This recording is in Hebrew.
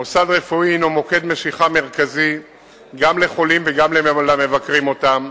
מוסד רפואי הינו מוקד משיכה מרכזי גם לחולים וגם למבקרים אותם.